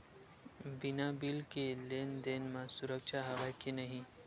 बिना बिल के लेन देन म सुरक्षा हवय के नहीं?